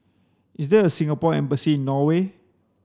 is there a Singapore embassy in Norway